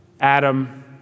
Adam